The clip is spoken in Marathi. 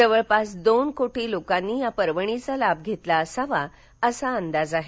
जवळपास दोन कोटी लोकांनी या पर्वणीचा लाभ घेतला असावा असा अंदाज आहे